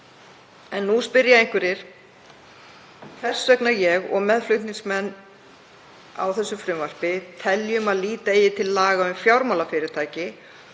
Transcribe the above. En nú spyrja einhverjir hvers vegna ég og meðflutningsmenn á þessu frumvarpi teljum að líta eigi til laga um fjármálafyrirtæki